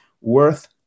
worth